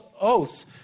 oaths